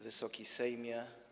Wysoki Sejmie!